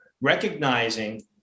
recognizing